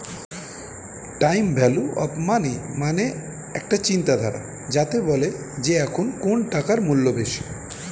time value of money মানে একটা চিন্তাধারা যাতে বলে যে এখন কোন টাকার মূল্য বেশি